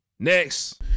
Next